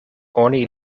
oni